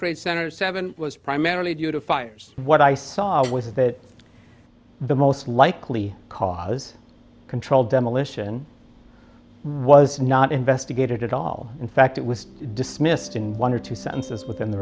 trade center seven was primarily due to fires what i saw was that the most likely cause controlled demolition was not investigated at all in fact it was dismissed in one or two sentences within the